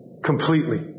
Completely